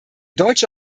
deutsche